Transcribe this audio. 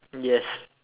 yes